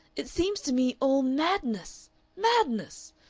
it seems to me all madness madness!